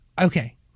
okay